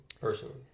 personally